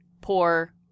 poor